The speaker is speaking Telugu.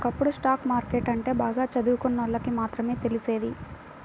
ఒకప్పుడు స్టాక్ మార్కెట్టు అంటే బాగా చదువుకున్నోళ్ళకి మాత్రమే తెలిసేది